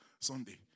Sunday